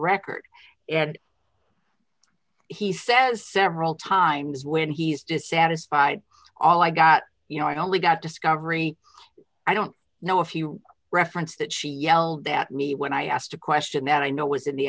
record and he says several times when he's dissatisfied all i got you know i only got discovery i don't know if you referenced that she yelled at me when i asked a question that i know was in the